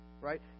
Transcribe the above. Right